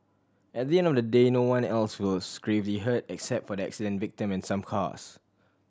at the end of the day no one else was gravely hurt except for the accident victim and some cars